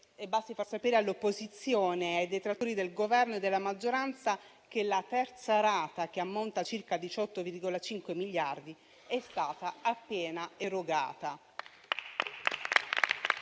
e basti far sapere all'opposizione e ai detrattori del Governo e della maggioranza che la terza rata che ammonta a circa 18,5 miliardi è stata appena erogata.